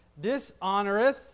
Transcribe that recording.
dishonoreth